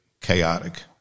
chaotic